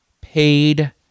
paid